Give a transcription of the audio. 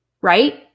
Right